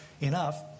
enough